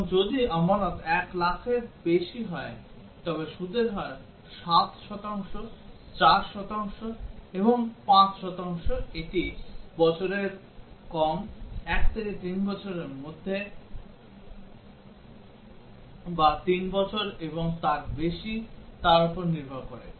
এবং যদি আমানত 1 লাখের বেশি হয় তবে সুদের হার 7 শতাংশ 8 শতাংশ 9 শতাংশ এটি 1 বছরের কম 1 থেকে 3 বছরের মধ্যে বা 3 বছর এবং তার বেশি তার উপর নির্ভর করে